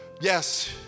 Yes